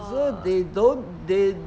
so they don't they